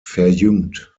verjüngt